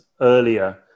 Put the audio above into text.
earlier